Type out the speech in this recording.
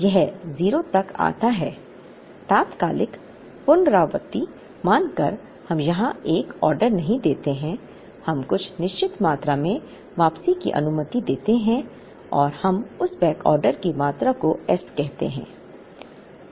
यह 0 तक आता है तात्कालिक पुनरावृत्ति मानकर हम यहां एक आदेश नहीं देते हैं हम कुछ निश्चित मात्रा में वापसी की अनुमति देते हैं और हम उस बैकऑर्डर की मात्रा को एस कहते हैं